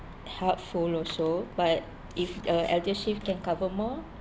helpful also but if the eldershield can cover more